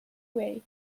way